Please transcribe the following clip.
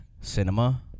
cinema